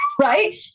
right